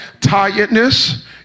Tiredness